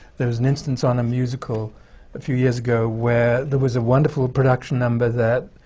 there was an instance on a musical a few years ago where there was a wonderful production number that